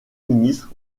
ministre